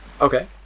Okay